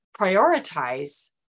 prioritize